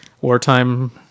wartime